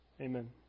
Amen